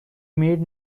made